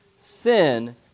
Sin